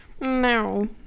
No